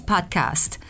Podcast